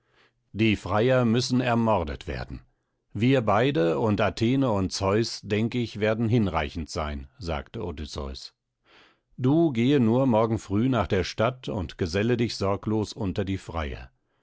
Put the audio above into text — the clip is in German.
die freier müssen ermordet werden wir beide und athene und zeus denk ich werden hinreichend sein sagte odysseus du gehe nur morgen früh nach der stadt und geselle dich sorglos unter die freier